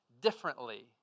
differently